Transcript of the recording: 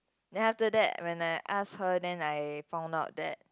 then after that when I ask her then I found out that